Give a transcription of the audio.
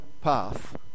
path